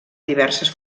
diverses